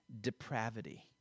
depravity